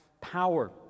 power